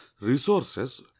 resources